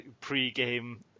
pre-game